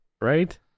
right